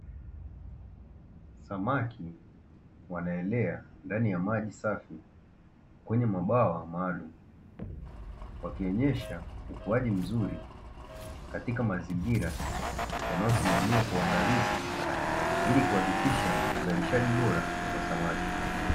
Samaki wanaelea ndani ya maji safi kwenye mabwawa maalumu, wakionyesha ukuaji mzuri katika mazingira yanayosimamiwa kwa uangalifu ili kuhakikisha uzalishaji bora wa samaki.